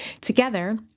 Together